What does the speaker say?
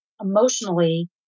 emotionally